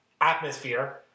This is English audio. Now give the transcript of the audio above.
atmosphere